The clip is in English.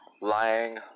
lying